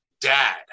dad